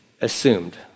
assumed